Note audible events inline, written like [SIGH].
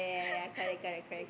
[LAUGHS]